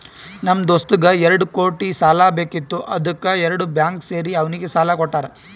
ನಮ್ ದೋಸ್ತಗ್ ಎರಡು ಕೋಟಿ ಸಾಲಾ ಬೇಕಿತ್ತು ಅದ್ದುಕ್ ಎರಡು ಬ್ಯಾಂಕ್ ಸೇರಿ ಅವ್ನಿಗ ಸಾಲಾ ಕೊಟ್ಟಾರ್